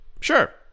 sure